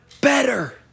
better